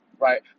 right